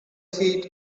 feet